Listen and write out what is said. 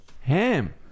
Ham